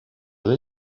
they